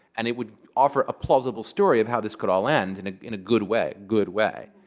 and it would offer a plausible story of how this could all end and in a good way, good way.